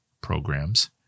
programs